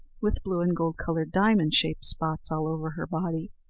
with blue and gold-coloured diamond-shaped spots all over her body,